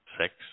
Six